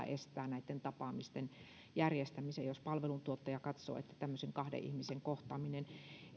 estää näitten tapaamisten järjestämisen jos palveluntuottaja katsoo että tämmöinen kahden ihmisen kohtaaminen